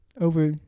over